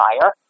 fire